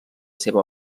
seva